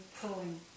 pulling